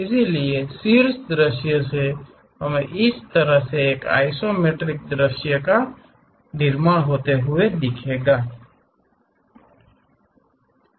इसलिए शीर्ष दृश्य से हम उस तरह से एक आइसोमेट्रिक दृश्य का निर्माण करेंगे